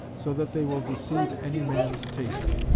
so that they will deceive any man's taste.